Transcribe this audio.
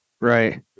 Right